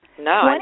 No